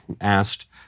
asked